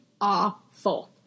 awful